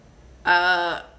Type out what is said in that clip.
uh